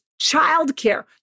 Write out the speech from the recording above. childcare